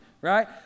right